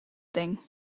thing